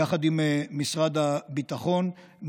יחד עם משרד הביטחון,